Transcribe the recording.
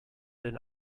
den